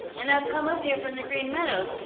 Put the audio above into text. and i've come up here from the green meadows,